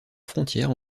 frontière